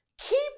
keep